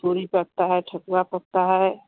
पूड़ी पकता है ठेकुवा पकता है